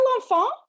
L'Enfant